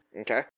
Okay